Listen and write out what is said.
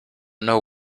know